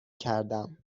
کردم